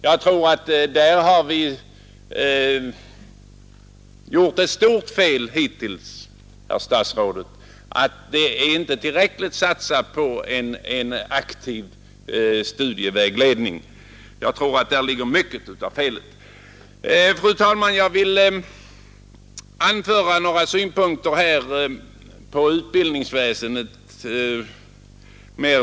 Jag tror att vi där gjort ett stort fel hittills, herr statsråd. Det är inte tillräckligt satsat på en aktiv studievägledning. Mycket av felet ligger säkert där. Fru talman! Jag vill anföra några allmänna synpunkter på utbildningsväsendet.